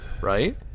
right